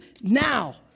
now